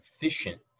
efficient